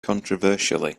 controversially